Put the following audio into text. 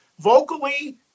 vocally